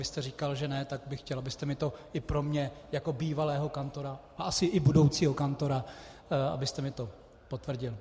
Vy jste říkal, že ne, tak bych chtěl, abyste mi to i pro mě jako bývalého kantora a asi i budoucího kantora potvrdil.